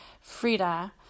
Frida